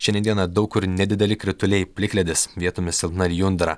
šiandien dieną daug kur nedideli krituliai plikledis vietomis silpna lijundra